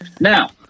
Now